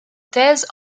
thèse